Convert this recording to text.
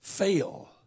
fail